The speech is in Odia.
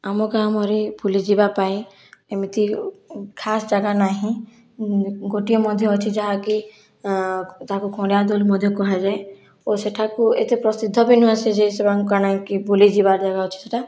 ଆମ ଗାଁ ମରି ବୁଲିଯିବା ପାଇଁ ଏମିତି ଖାସ ଜାଗା ନାହିଁ ଗୋଟିଏ ମଧ୍ୟ ଅଛି ଯାହାକି ତାକୁ ଖଣିଆତୁଲ୍ ମଧ୍ୟ କୁହାଯାଏ ଓ ସେଠାକୁ ଏତେ ପ୍ରସିଦ୍ଧ ବି ନୁହେଁ ସେ ଯେ ଶିବ କାଣାକି ବୁଲିଯିବାର ଜାଗା ଅଛି ସେହିଟା